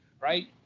right